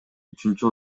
үчүнчү